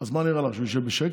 אז מה נראה לך, שהוא ישב בשקט?